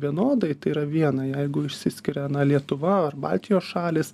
vienodai tai yra viena jeigu išsiskiria na lietuva ar baltijos šalys